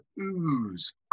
ooze